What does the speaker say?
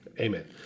amen